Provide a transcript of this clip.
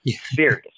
serious